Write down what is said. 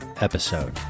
episode